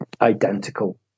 identical